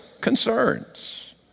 concerns